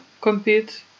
compete